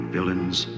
villains